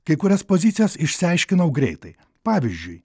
kai kurias pozicijas išsiaiškinau greitai pavyzdžiui